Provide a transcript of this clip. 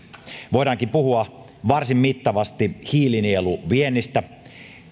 voidaankin puhua varsin mittavasti hiilinieluviennistä